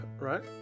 right